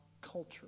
culture